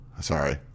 Sorry